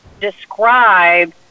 describe